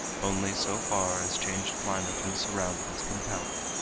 only so far as changed climate and surrounding's compelled.